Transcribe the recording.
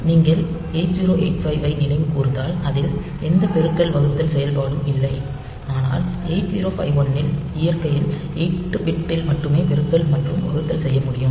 நீங்கள் 8085 ஐ நினைவு கூர்ந்தால் அதில் எந்த பெருக்கல் வகுத்தல் செயல்பாடும் இல்லை ஆனால் 8051 இல் இயற்கையில் 8 பிட் ல் மட்டுமே பெருக்கல் மற்றும் வகுத்தல் செய்ய முடியும்